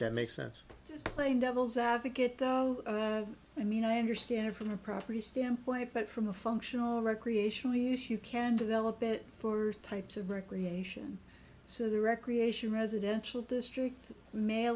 that makes sense just playing devil's advocate though i mean i understand it from the property standpoint but from a functional recreational use you can develop it for types of recreation so the recreation residential district ma